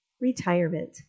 Retirement